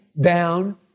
down